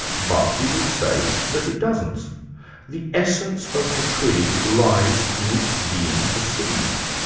berkeley would say that it doesn't the essence of the tree lies in its being perceived.